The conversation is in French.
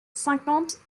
cinquante